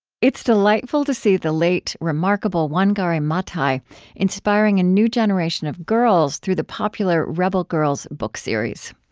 it's delightful to see the late, remarkable wangari maathai inspiring a new generation of girls through the popular rebel girls book series.